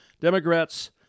Democrats